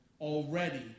already